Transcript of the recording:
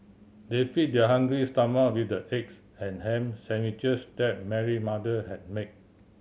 they fed their hungry stomach with the eggs and ham sandwiches that Mary mother had made